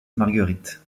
marguerite